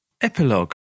epilogue